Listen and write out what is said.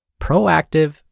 proactive